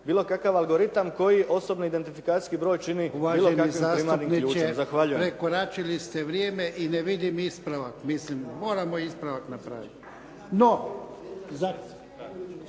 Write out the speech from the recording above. bilo kakav algoritam koji osobni identifikacijski broj čini bilo kakvim primarnim ključem. Zahvaljujem. **Jarnjak, Ivan (HDZ)** Uvaženi zastupniče prekoračili ste vrijeme i ne vidim ispravak. Mislim, moramo ispravak napraviti. …/Upadica